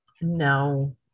No